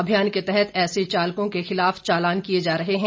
अभियान के तहत ऐसे चालकों के खिलाफ चालान किए जा रहे हैं